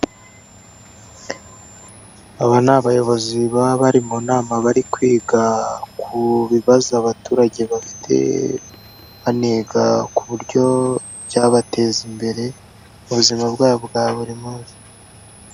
Aba ni abayobozi baba bari mu nama bari kwiga ku bibazo abaturage bafite, baniga ku buryo byabateza imbere mu buzima bwabo bwa buri munsi.